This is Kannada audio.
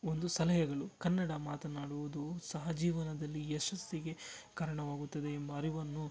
ಒಂದು ಸಲಹೆಗಳು ಕನ್ನಡ ಮಾತನಾಡುವುದು ಸಹಜೀವನದಲ್ಲಿ ಯಶಸ್ಸಿಗೆ ಕಾರಣವಾಗುತ್ತದೆ ಎಂಬ ಅರಿವನ್ನು